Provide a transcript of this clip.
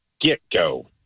get-go